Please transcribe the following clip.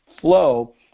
flow